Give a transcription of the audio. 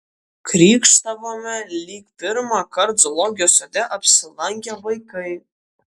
krykštavome lyg pirmąkart zoologijos sode apsilankę vaikai